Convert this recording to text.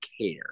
care